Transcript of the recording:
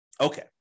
Okay